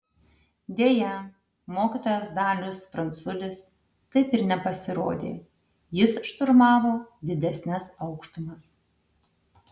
deja mokytojas dalius pranculis taip ir nepasirodė jis šturmavo didesnes aukštumas